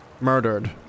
murdered